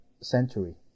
century